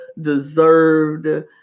deserved